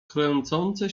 kręcące